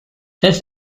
this